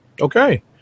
Okay